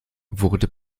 wurde